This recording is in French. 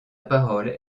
parole